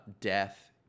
death